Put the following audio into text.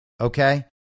Okay